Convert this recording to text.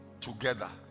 together